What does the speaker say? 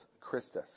Christus